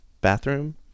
bathroom